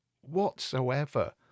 whatsoever